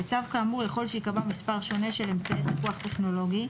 בצו כאמור יכול שייקבע מספר שונה של אמצעי פיקוח טכנולוגי,